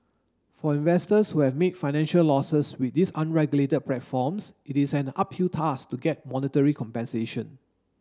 for investors who have made financial losses with these unregulated platforms it is an uphill task to get monetary compensation